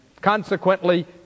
consequently